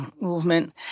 movement